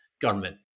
government